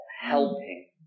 helping